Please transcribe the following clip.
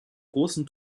großen